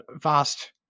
vast